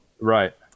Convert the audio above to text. Right